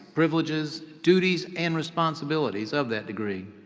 privileges, duties, and responsibilities of that degree.